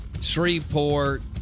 Shreveport